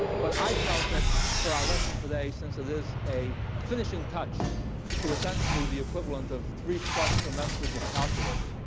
but i felt that for our lesson today, since it is a finishing touch to essentially the equivalent of three-plus semesters of calculus,